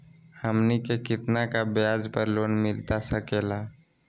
हमनी के कितना का ब्याज पर लोन मिलता सकेला?